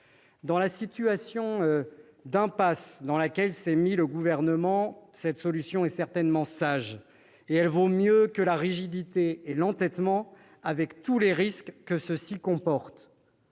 Dans la situation d'impasse dans laquelle s'est mis le Gouvernement, cette solution est certainement sage et vaut mieux que la rigidité et l'entêtement, avec tous les risques que ceux-ci comportent.